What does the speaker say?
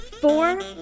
Four